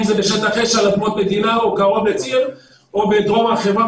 אם זה בשטח אש על אדמות מדינה או קרוב לציר או בדרום הר חברון,